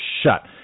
shut